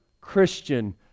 christian